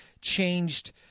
changed